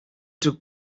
took